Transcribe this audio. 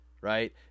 right